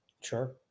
Sure